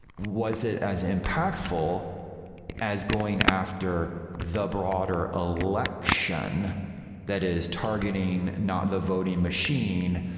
was it as impactful as going after the broader election that is targeting not the voting machine,